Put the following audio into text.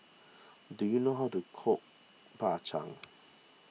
do you know how to cook Bak Chang